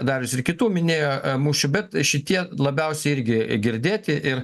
darius ir kitų minėjo mūšių bet šitie labiausiai irgi girdėti ir